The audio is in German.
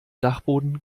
dachboden